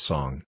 Song